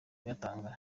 kuyatanga